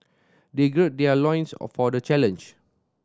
they gird their loins a for the challenge